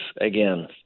again